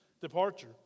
departure